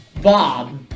Bob